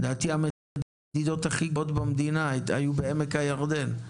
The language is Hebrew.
לדעתי המדידות הכי גבוהות במדינה היו בעמק הירדן,